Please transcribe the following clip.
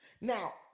Now